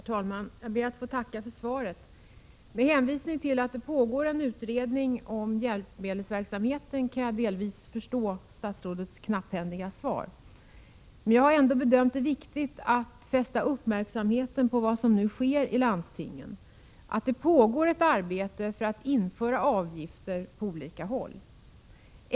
Herr talman! Jag ber att få tacka för svaret. Med tanke på att det pågår en utredning om hjälpmedelsverksamheten kan jag delvis förstå statsrådets knapphändiga svar. Jag har ändå bedömt det viktigt att fästa uppmärksamheten på vad som nu sker i landstingen. Det pågår ett arbete med att införa avgifter på olika håll.